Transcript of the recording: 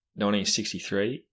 1963